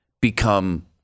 become